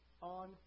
on